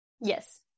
yes